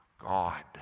God